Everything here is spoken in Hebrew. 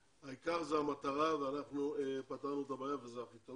העיקר זו המטרה ואנחנו פתרנו את הבעיה וזה הכי חשוב.